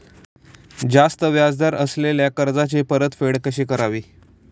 जास्त व्याज दर असलेल्या कर्जाची परतफेड कशी करावी?